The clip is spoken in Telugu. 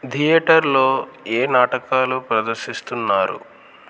థియేటర్లో ఏ నాటకాలు ప్రదర్శిస్తున్నారు